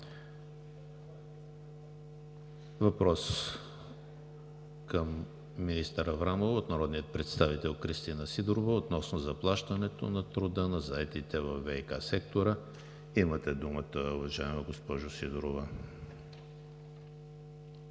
Въпрос към министър Аврамова от народния представител Кристина Сидорова относно заплащането на труда на заетите във ВиК сектора. Имате думата, уважаема госпожо Сидорова.